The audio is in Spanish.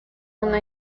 una